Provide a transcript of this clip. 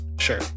Sure